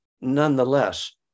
Nonetheless